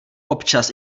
občas